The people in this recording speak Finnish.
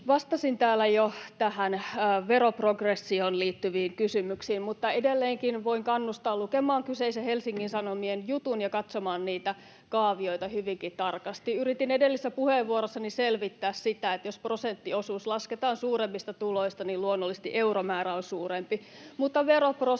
Vastasin täällä jo veroprogressioon liittyviin kysymyksiin, mutta edelleenkin voin kannustaa lukemaan kyseisen Helsingin Sanomien jutun ja katsomaan niitä kaavioita hyvinkin tarkasti. Yritin edellisessä puheenvuorossani selvittää sitä, että jos prosenttiosuus lasketaan suuremmista tuloista, niin luonnollisesti euromäärä on suurempi,